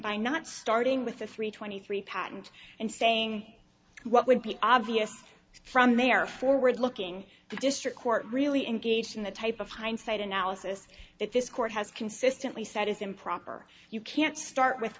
by not starting with the three twenty three patent and saying what would be obvious from they are forward looking district court really engaged in the type of hindsight analysis that this court has consistently said is improper you can't start with